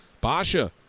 Basha